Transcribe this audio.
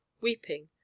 Weeping